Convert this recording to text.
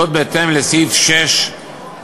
זאת בהתאם לסעיף 6(ד)